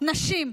נשים,